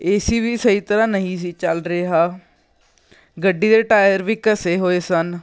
ਏ C ਵੀ ਸਹੀ ਤਰ੍ਹਾਂ ਨਹੀਂ ਸੀ ਚੱਲ ਰਿਹਾ ਗੱਡੀ ਦੇ ਟਾਇਰ ਵੀ ਘਸੇ ਹੋਏ ਸਨ